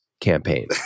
campaign